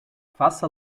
faça